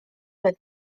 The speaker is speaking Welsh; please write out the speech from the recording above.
oedd